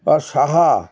আর Saha